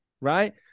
Right